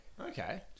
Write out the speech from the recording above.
Okay